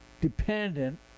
dependent